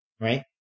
right